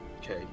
Okay